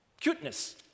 cuteness